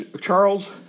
Charles